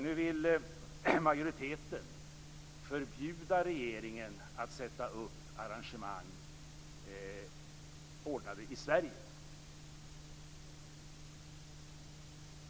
Nu vill majoriteten förbjuda regeringen att sätta upp arrangemang ordnade i Sverige på listan.